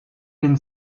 been